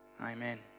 amen